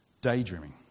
daydreaming